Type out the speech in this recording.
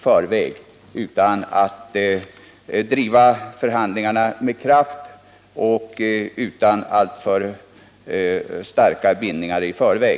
Förhandlingarna måste drivas med kraft och utan alltför starka bindningar i förväg.